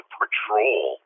patrol